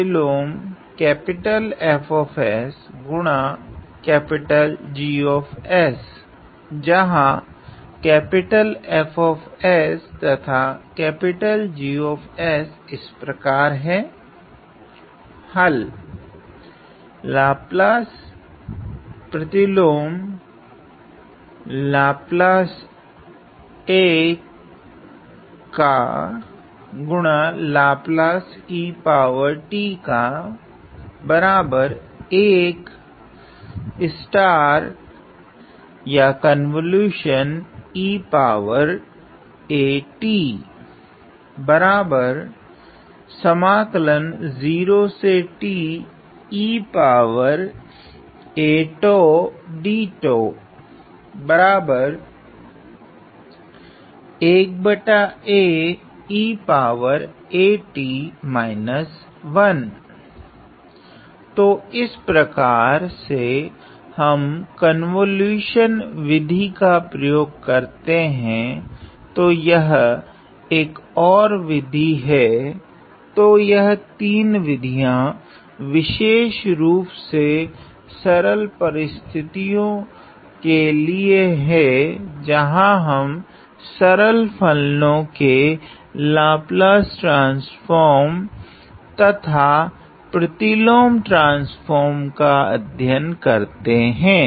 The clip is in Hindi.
उदाहरण जहां हल तो इस प्रकार से हम कन्वोलुशन विधियों का प्रयोग करते हैं तो यह एक ओर विधि हैं तो यह तीन विधियाँ विशेषरूप से सरल परिसतिथियों के लिए हैं जहां हम सरल फलनों के लाप्लस ट्रान्स्फ़ोर्म तथा प्रतिलोम ट्रान्स्फ़ोर्म का अध्ययन करते हैं